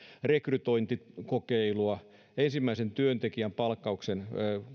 rekrytointikokeilua ensimmäisen työntekijän palkkauksen